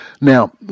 Now